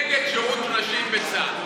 הוא נגד שירות נשים בצה"ל.